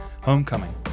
Homecoming